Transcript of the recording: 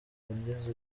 ngeze